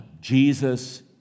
Jesus